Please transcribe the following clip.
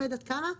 אני לא יודעת כמה,